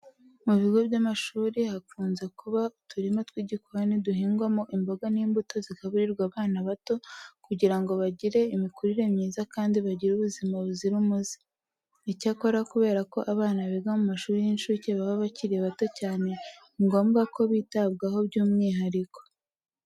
Mu bigo by'amashuri hakunze kuba uturima tw'igikoni duhingwamo imboga n'imbuto zigaburirwa abana bato kugira ngo bagire imikurire myiza kandi bagire ubuzima buzira umuze. Icyakora kubera ko abana biga mu mashuri y'incuke baba bakiri bato cyane ni ngombwa ko bitabwaho by'umwihariko.